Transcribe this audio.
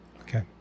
Okay